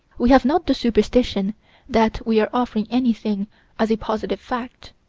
we have not the superstition that we are offering anything as a positive fact.